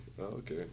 okay